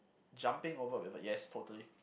jumping over yes totally